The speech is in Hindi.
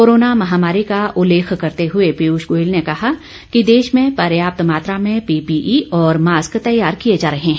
कोरोना महामारी का उल्लेख करते हुए पीयूष गोयल ने कहा कि देश में पर्याप्त मात्रा में पीपीई और मॉस्क तैयार किए जा रहे हैं